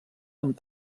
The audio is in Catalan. amb